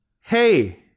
hey